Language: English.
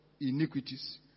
Iniquities